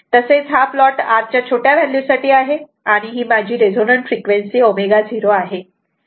तसेच हा plot R च्या छोट्या व्हॅल्यूसाठी आहे आणि ही माझी रेझोनन्ट फ्रिक्वेन्सी ω0 आहे